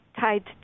tied